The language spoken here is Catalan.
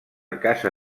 casa